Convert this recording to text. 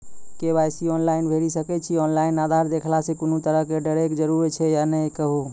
KYC online भैरि सकैत छी, ऑनलाइन आधार देलासॅ कुनू तरहक डरैक जरूरत छै या नै कहू?